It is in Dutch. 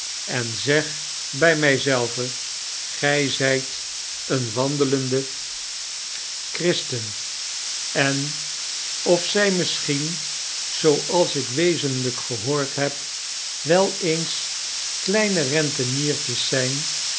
en zeg by my zelve gy zy t een wandelende christen en of zy misschien zooals ik wezenlijk gehoord heb wel eens kleine renteniertjes zyn